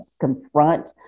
confront